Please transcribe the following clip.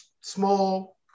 small